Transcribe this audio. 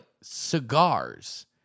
cigars